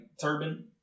turban